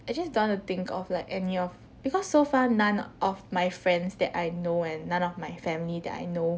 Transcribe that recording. I just don't want to think of like any of because so far none of my friends that I know and none of my family that I know